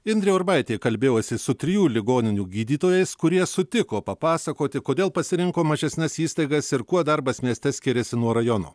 indrė urbaitė kalbėjosi su trijų ligoninių gydytojais kurie sutiko papasakoti kodėl pasirinko mažesnes įstaigas ir kuo darbas mieste skiriasi nuo rajono